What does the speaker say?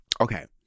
okay